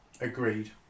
Agreed